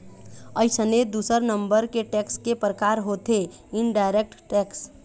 अइसने दूसर नंबर के टेक्स के परकार होथे इनडायरेक्ट टेक्स